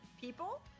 people